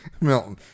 Milton